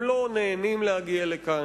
הם לא נהנים להגיע לכאן,